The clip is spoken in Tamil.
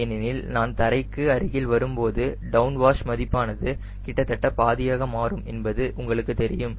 ஏனெனில் நான் தரைக்கு அருகில் வரும்போது டவுன் வாஷ் மதிப்பானது கிட்டத்தட்ட பாதியாக மாறும் என்பது உங்களுக்கு தெரியும்